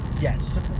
yes